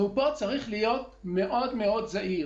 פה צריך להיות מאוד מאוד זהיר.